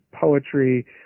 poetry